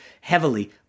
heavily